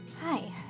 Hi